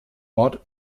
ort